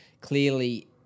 clearly